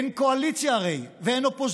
אין קואליציה, הרי, ואין אופוזיציה.